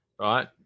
right